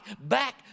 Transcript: back